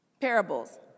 parables